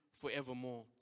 forevermore